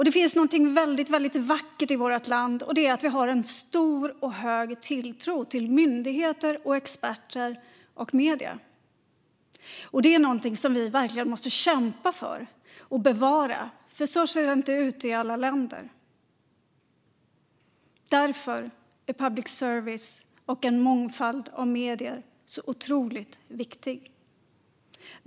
Det finns något väldigt vackert i vårt land, och det är att vi har stor och hög tilltro till myndigheter och experter och medier. Det är något som vi verkligen måste kämpa för och bevara, för så ser det inte ut i alla länder. Därför är public service och en mångfald av medier så otroligt viktigt.